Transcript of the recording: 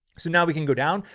so now we can go down.